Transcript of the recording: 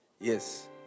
Yes